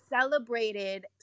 celebrated